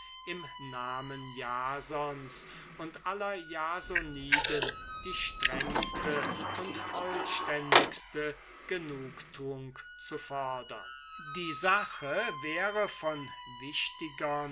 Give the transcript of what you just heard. im namen jasons und aller jasoniden die strengste und vollständigste genugtuung zu fordern die sache wäre von wichtigern